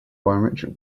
biometric